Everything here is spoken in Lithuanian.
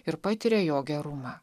ir patiria jo gerumą